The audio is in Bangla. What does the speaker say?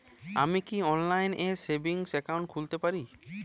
আমি কি অনলাইন এ সেভিংস অ্যাকাউন্ট খুলতে পারি?